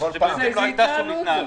כאילו לא הייתה שום התנהלות.